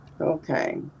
Okay